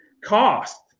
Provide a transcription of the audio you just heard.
cost